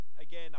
again